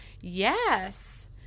yes